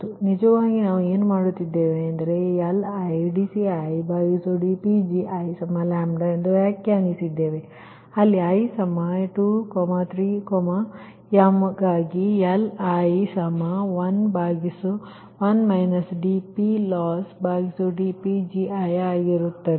ನಾವು ನಿಜವಾಗಿ ಏನು ಮಾಡುತ್ತಿದ್ದೇವೆಂದರೆ ನಾವು LidCidPgiλ ಎಂದು ವ್ಯಾಖ್ಯಾನಿಸಿದ್ದೇವೆ ಅಲ್ಲಿi23m ಗಾಗಿ Li11 dPLossdPgiಆಗಿರುತ್ತದೆ